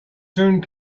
soon